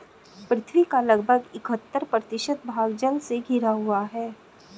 पृथ्वी का लगभग इकहत्तर प्रतिशत भाग जल से घिरा हुआ है